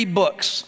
books